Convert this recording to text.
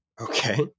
Okay